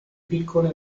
piccole